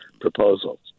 proposals